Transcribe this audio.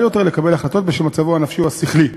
לקבל החלטות בשל מצבו הנפשי או השכלי.